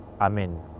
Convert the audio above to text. amen